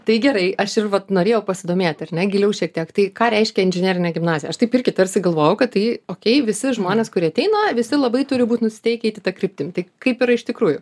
tai gerai aš ir vat norėjau pasidomėti ar ne giliau šiek tiek tai ką reiškia inžinerinė gimnazija aš taip irgi tarsi galvojau kad tai okei visi žmonės kurie ateina visi labai turi būt nusiteikę eiti ta kryptim tik kaip yra iš tikrųjų